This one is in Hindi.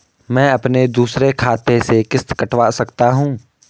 मैं अपने दूसरे खाते से किश्त कटवा सकता हूँ?